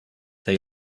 they